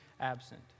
absent